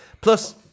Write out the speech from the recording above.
Plus